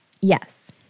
Yes